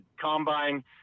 combine